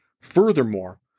Furthermore